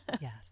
Yes